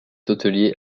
hôtelier